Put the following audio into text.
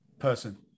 person